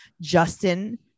Justin